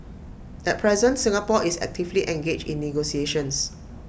at present Singapore is actively engaged in negotiations